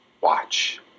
Watch